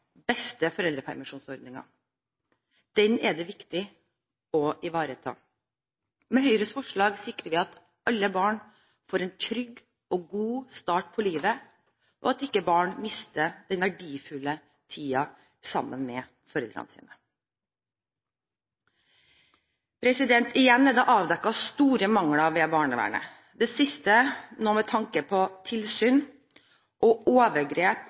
beste foreldrepermisjonsordninger, den er det viktig å ivareta. Med Høyres forslag sikrer vi at alle barn får en trygg og god start på livet, og at ikke barn mister den verdifulle tiden sammen med foreldrene sine. Igjen er det avdekket store mangler ved barnevernet, det siste nå med tanke på tilsyn og overgrep